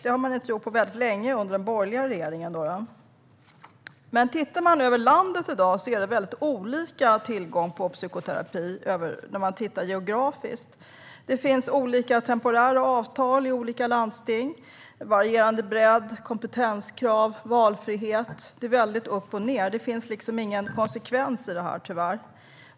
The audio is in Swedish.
Det har inte gjorts på länge, alltså inte av den borgerliga regeringen. Om man tittar på hur det ser ut över landet i dag kan man se att tillgången till psykoterapi geografiskt är väldigt olika. I olika landsting finns det olika temporära avtal. Det är varierande bredd, kompetenskrav och valfrihet. Det är väldigt upp och ned. Det är tyvärr inte konsekvent.